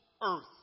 earth